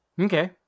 Okay